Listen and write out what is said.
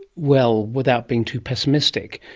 well, without being too pessimistic,